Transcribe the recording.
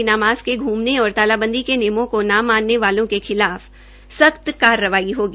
बिना मास्क के घूमने और तालाबंदी के निमयों को न मानने वालों के खिलाफ सख्त कार्रवाई होगी